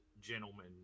gentlemen